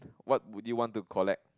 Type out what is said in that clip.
what would you want to collect